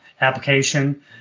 application